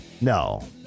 No